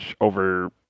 over